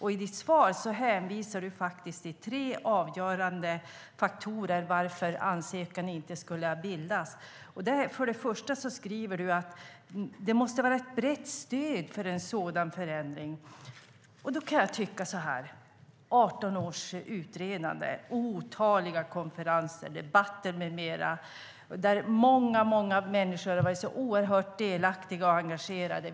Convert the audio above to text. I ditt svar hänvisar du till tre faktorer som varit avgörande för att ansökan inte skulle beviljas. För det första skriver du att det måste finnas ett brett stöd för en sådan förändring. Då kan jag tycka så här. Det har varit 18 års utredande, otaliga konferenser, debatter med mera där många människor har varit oerhört delaktiga och engagerade.